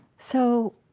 so,